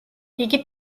იგი